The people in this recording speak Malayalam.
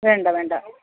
വേണ്ട വേണ്ട